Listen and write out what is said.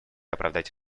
оправдать